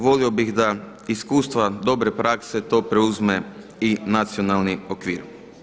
Volio bih da iskustva dobre prakse to preuzme i nacionalni okvir.